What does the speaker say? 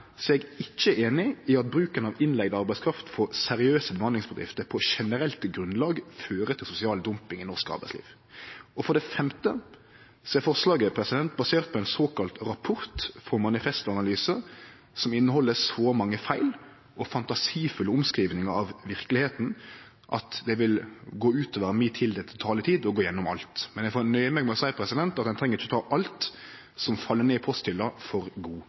eg ikkje einig i at bruken av innleigd arbeidskraft frå seriøse bemanningsbedrifter på generelt grunnlag fører til sosial dumping i norsk arbeidsliv, og for det femte er forslaget basert på ein såkalla rapport frå Manifest senter for samfunnsanalyse som inneheld så mange feil og fantasifulle omskrivingar av verkelegheita, at det vil gå utover mi tildelte taletid å gå gjennom alt. Eg får nøye meg med å seie at ein treng ikkje ta alt som fell ned i posthylla, for god